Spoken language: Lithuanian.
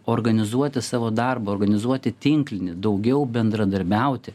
organizuoti savo darbą organizuoti tinklinį daugiau bendradarbiauti